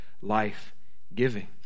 life-giving